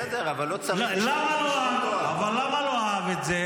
בסדר, אבל לא צריך להשתמש בשמות תואר.